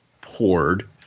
poured